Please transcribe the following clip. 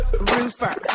Roofer